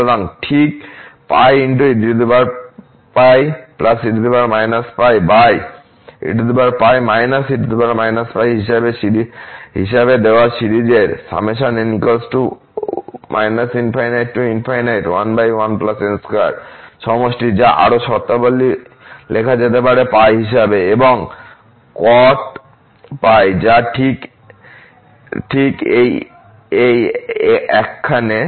সুতরাং ঠিক হিসেবে দেওয়া সিরিজের সমষ্টিযা আরো শর্তাবলীলেখা যেতে পারে π হিসাবে এবং cot π যা ঠিক এই এক এখানে